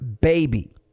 baby